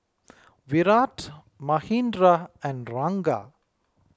Virat Manindra and Ranga